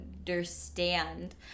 understand